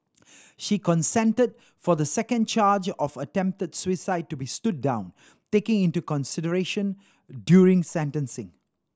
she consented for the second charge of attempted suicide to be stood down taken into consideration during sentencing